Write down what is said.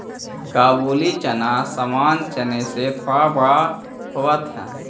काबुली चना सामान्य चने से थोड़ा बड़ा होवअ हई